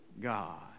God